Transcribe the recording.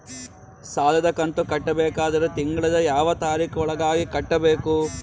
ಸಾಲದ ಕಂತು ಕಟ್ಟಬೇಕಾದರ ತಿಂಗಳದ ಯಾವ ತಾರೀಖ ಒಳಗಾಗಿ ಕಟ್ಟಬೇಕು?